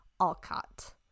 Alcott